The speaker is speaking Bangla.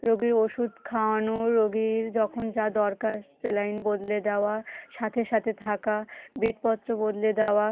রোগীর ওষুধ খাওয়ানো রোগীর যখন যা দরকার সেলাইন বদলে দেওয়া সাথে সাথে থাকা বেডপত্র বদলে দেওয়া